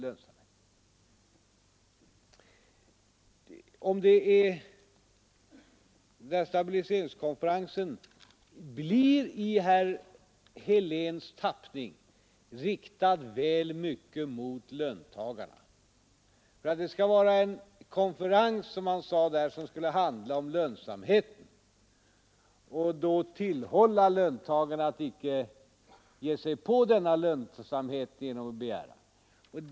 Den omtalade stabiliseringskonferensen blir i herr Heléns tappning riktad väl mycket mot löntagarna. Det skall, som han sade här, vara en konferens som skall handla om lönsamheten, och man skall tillhålla löntagarna att icke ge sig på denna lönsamhet genom att begära högre löner.